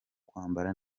kwambara